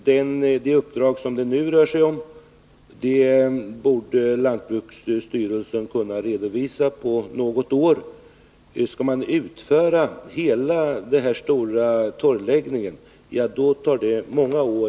Det uppdrag som det nu rör sig om borde lantbruksstyrelsen kunna redovisa på något år. Om man helt skall genomföra denna stora torrläggning, tar detta många år.